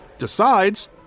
decides